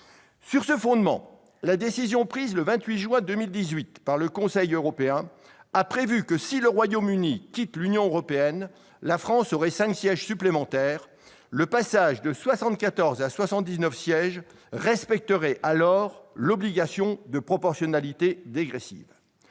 Sur ce fondement, la décision prise le 28 juin 2018 par le Conseil a prévu que, si le Royaume-Uni quittait l'Union européenne, la France aurait cinq sièges supplémentaires. Le passage de 74 à 79 sièges respecterait alors l'obligation de proportionnalité dégressive.